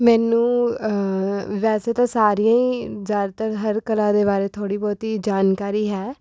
ਮੈਨੂੰ ਵੈਸੇ ਤਾਂ ਸਾਰੀਆਂ ਹੀ ਜ਼ਿਆਦਾਤਰ ਹਰ ਕਲਾ ਦੇ ਬਾਰੇ ਥੋੜ੍ਹੀ ਬਹੁਤੀ ਜਾਣਕਾਰੀ ਹੈ